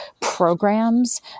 programs